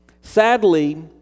Sadly